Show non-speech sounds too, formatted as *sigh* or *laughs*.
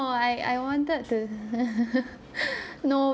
I I wanted to *laughs* no